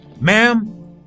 ma'am